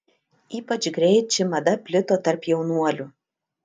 ypač greit ši mada plito tarp jaunuolių